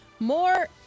more